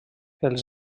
els